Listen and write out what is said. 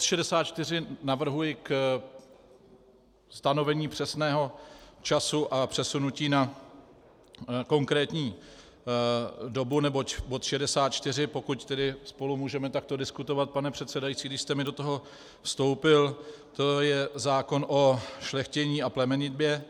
Bod 64 navrhuji ke stanovení přesného času a přesunutí na konkrétní dobu, neboť bod 64, pokud spolu můžeme takto diskutovat, pane předsedající, když jste mi do toho vstoupil, to je zákon o šlechtění a plemenitbě.